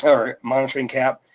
or monitoring cap,